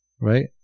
right